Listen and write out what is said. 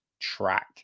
track